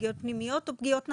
פגיעות פנימיות או פגיעות נפשיות.